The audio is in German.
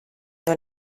nur